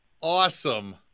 awesome